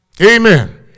Amen